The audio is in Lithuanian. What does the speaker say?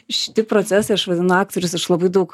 šiti procesai aš vadinu aktorius iš labai daug